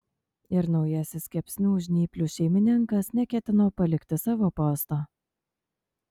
ir naujasis kepsnių žnyplių šeimininkas neketino palikti savo posto